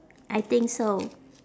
I think so